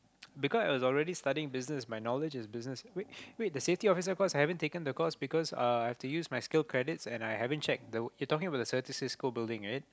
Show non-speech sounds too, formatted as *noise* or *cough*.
*noise* because I was already studying business my knowledge is business wait wait the safety officer course I haven't taken the course because uh I have to use my skills credits and I haven't checked you're talking about the Certis school building is it